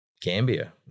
Gambia